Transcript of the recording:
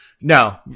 No